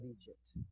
Egypt